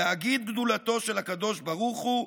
ולהגיד, גדולתו של הקדוש ברוך הוא,